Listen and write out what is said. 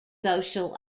social